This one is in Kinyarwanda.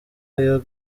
ayo